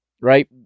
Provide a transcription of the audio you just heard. right